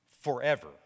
forever